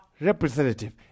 Representative